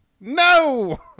no